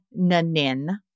Nanin